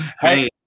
Hey